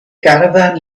caravan